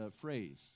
phrase